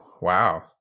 wow